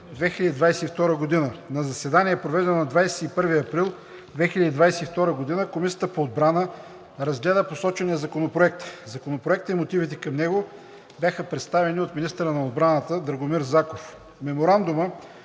2022 г. На заседание, проведено на 21 април 2022 г., Комисията по отбрана разгледа посочения законопроект. Законопроектът и мотивите към него бяха представени от министъра на отбраната господин Драгомир Заков. Меморандумът